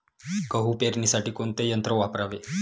गहू पेरणीसाठी कोणते यंत्र वापरावे?